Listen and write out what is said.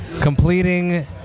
completing